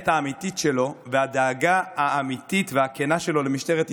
האמיתית שלו והדאגה האמיתית והכנה שלו למשטרת ישראל.